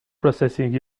processing